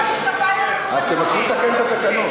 יש לכם,